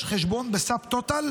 יש חשבון ב-subtotal,